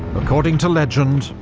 according to legend,